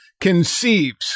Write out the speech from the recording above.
conceives